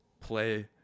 play